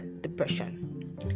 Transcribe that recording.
depression